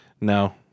No